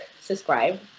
subscribe